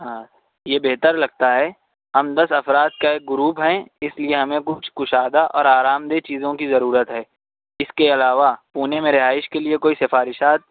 ہاں یہ بہتر لگتا ہے ہم دس افراد کا ایک گروپ ہیں اس لیے ہمیں کچھ کشادہ اور آرام دہ چیزوں کی ضرورت ہے اس کے علاوہ پونے میں رہائش کے لیے کوئی سفارشات